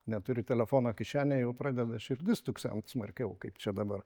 neturi telefono kišenėj jau pradeda širdis tuksent smarkiau kaip čia dabar